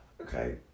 okay